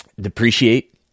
depreciate